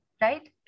right